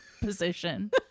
position